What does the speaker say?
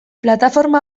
plataforma